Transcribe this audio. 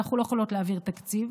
אנחנו לא יכולות להעביר תקציב